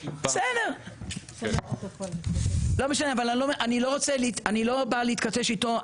בסדר, לא משנה, אני לא בא להתכתש איתו.